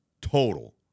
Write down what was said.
total